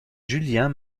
juliette